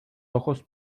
ojos